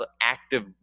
active